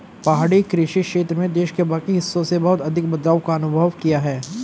पहाड़ी कृषि क्षेत्र में देश के बाकी हिस्सों से बहुत अधिक बदलाव का अनुभव किया है